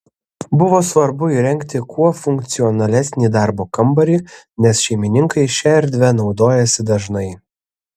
buvo svarbu įrengti kuo funkcionalesnį darbo kambarį nes šeimininkai šia erdve naudojasi dažnai